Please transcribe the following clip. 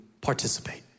participate